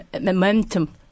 momentum